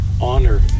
honor